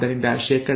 ಆದ್ದರಿಂದ ಶೇ